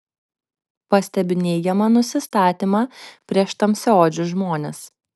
pastebiu neigiamą nusistatymą prieš tamsiaodžius žmones